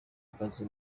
akazi